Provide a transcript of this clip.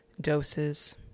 doses